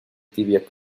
tibia